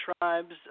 tribes